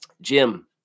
Jim